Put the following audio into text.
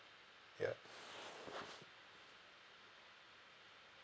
ya